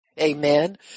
Amen